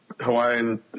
Hawaiian